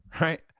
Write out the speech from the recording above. Right